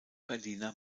berliner